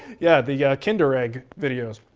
yeah the yeah kinder egg videos.